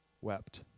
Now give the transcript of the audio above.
wept